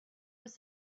was